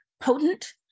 potent